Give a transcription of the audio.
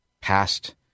past